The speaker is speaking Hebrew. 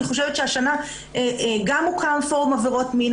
אני חושבת שהשנה גם הוקדם הפורום לעבירות מין,